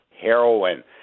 heroin